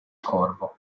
corvo